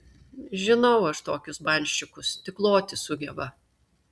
žinau aš tokius banščikus tik loti sugeba